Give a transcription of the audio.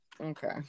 Okay